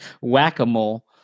Whack-a-mole